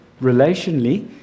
relationally